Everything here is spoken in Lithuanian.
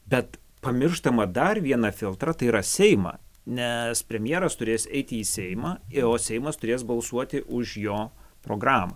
bet pamirštama dar vieną filtrą tai yra seimą nes premjeras turės eiti į seimą i o seimas turės balsuoti už jo programą